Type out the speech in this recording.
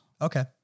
Okay